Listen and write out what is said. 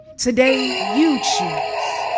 today you choose.